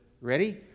ready